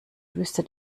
wüste